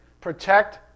protect